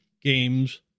Games